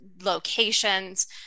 locations